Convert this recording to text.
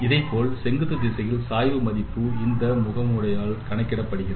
இதைப்போல் செங்குத்து திசையில் சாய்வு மதிப்பு இந்த முகமுடையாள் கணக்கிடப்படுகிறது